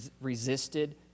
resisted